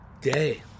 day